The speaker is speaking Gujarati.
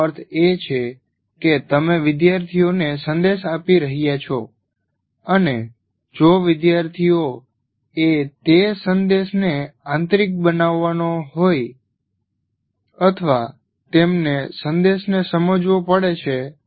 તેનો અર્થ એ કે તમે વિદ્યાર્થીઓને સંદેશ આપી રહ્યા છો અને જો વિદ્યાર્થીઓએ તે સંદેશને આંતરિક બનાવવો હોય અથવા તેમને સંદેશને સમજવો પડે છે